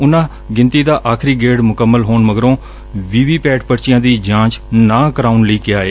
ਉਨੂਾ ਗਿਣਤੀ ਦਾ ਆਖਰੀ ਗੇੜ ਮੁਕੰਮਲ ਹੋਣ ਮਗਰੋਂ ਵੀ ਵੀ ਪੈਟ ਪਰਚੀਆਂ ਦੀ ਜਾਂਚ ਨਾ ਕਰਾਉਣ ਲਈ ਕਿਹਾ ਏ